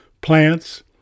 plants